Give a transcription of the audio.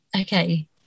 okay